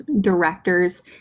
directors